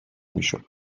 میشد